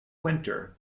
winter